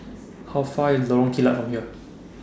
How Far IS Lorong Kilat from here